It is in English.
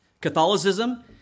Catholicism